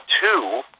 two